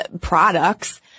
products